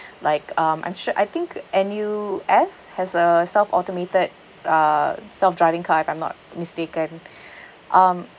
like um I'm sure I think N_U_S has a self-automated uh self-driving car if I'm not mistaken um